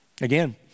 again